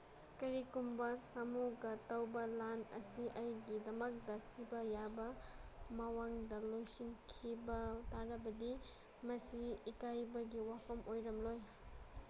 ꯀꯔꯤꯒꯤꯒꯨꯝꯕ ꯁꯃꯨꯒ ꯇꯧꯕ ꯂꯥꯟ ꯑꯁꯤ ꯑꯩꯒꯤꯗꯃꯛꯇ ꯁꯤꯕ ꯌꯥꯕ ꯃꯑꯣꯡꯗ ꯂꯣꯏꯁꯤꯟꯈꯤꯕ ꯇꯥꯔꯕꯗꯤ ꯃꯁꯤ ꯏꯀꯥꯏꯕꯒꯤ ꯋꯥꯐꯝ ꯑꯣꯏꯔꯝꯂꯣꯏ